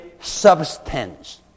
substance